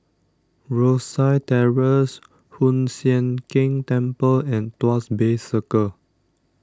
Rosyth Terrace Hoon Sian Keng Temple and Tuas Bay Circle